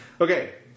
Okay